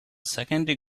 secondary